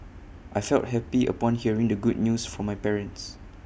I felt happy upon hearing the good news from my parents